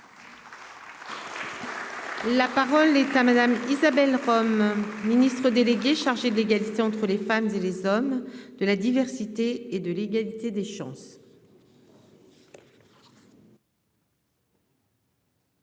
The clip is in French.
La parole est à Madame Isabelle Rome ministre. Le déléguée chargée de l'égalité entre les femmes et les hommes de la diversité et de l'égalité des chances.